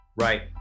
Right